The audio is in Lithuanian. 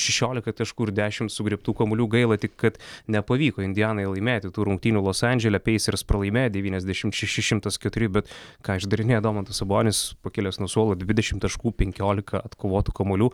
šešiolika taškų ir dešimt sugriebtų kamuolių gaila tik kad nepavyko indianai laimėti tų rungtynių los andžele peisers pralaimėjo devyniasdešimt šeši šimtas keturi bet ką išdarinėja domantas sabonis pakilęs nuo suolo dvidešimt taškų penkiolika atkovotų kamuolių